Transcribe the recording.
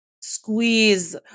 squeeze